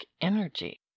energy